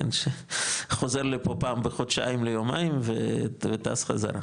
שחוזר לפה פעם בחודשיים ליומיים וטס חזרה,